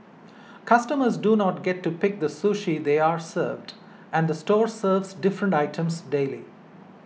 customers do not get to pick the sushi they are served and the store serves different items daily